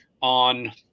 on